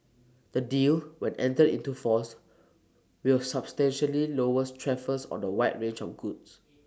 the deal when entered into force will substantially lowers tariffs on A wide range of goods